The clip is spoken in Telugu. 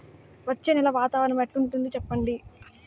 వచ్చే నెల వాతావరణం ఎట్లుంటుంది చెప్పండి?